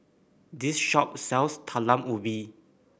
this shop sells Talam Ubi